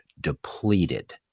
depleted